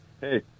Hey